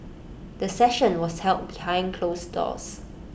the session was held behind closed doors